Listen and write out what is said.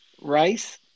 rice